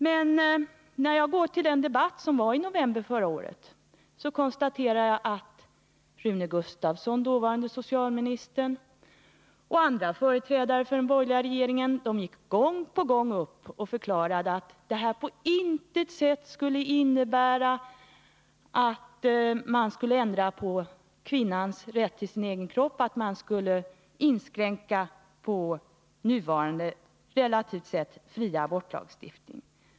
Men när jag går till den debatt som fördes i november förra året, konstaterar jag att dåvarande socialministern Rune Gustavsson och andra företrädare för den borgerliga regeringen gång på gång gick upp och förklarade att beslutet om en utvärdering på intet sätt skulle innebära att man skulle ändra på kvinnans rätt till sin egen kropp, att man skulle inskränka på nuvarande, 2 relativt sett, fria abortlagstiftning.